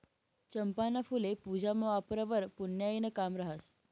चंपाना फुल्ये पूजामा वापरावंवर पुन्याईनं काम रहास